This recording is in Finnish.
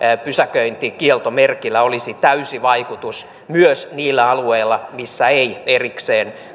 pysäköintikieltomerkillä olisi täysi vaikutus myös niillä alueilla missä ei erikseen